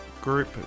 group